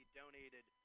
donated